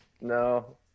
No